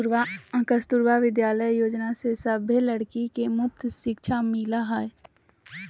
कस्तूरबा गांधी विद्यालय योजना से सभे लड़की के मुफ्त शिक्षा मिला हई